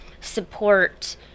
support